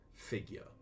figure